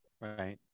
Right